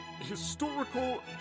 historical